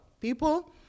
people